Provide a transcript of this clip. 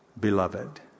beloved